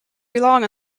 belong